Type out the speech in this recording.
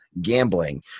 Gambling